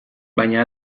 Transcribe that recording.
baina